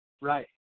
right